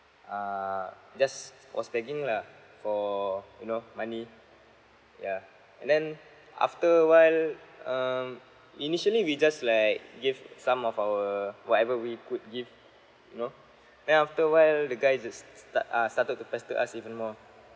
uh just was begging lah for you know money yeah and then after awhile um initially we just like gave some of our whatever we could give you know then after awhile the guy just start ah started to pester us even more